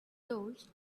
those